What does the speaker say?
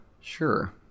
sure